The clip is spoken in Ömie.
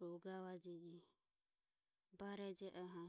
rohu gavajeji bareje oho.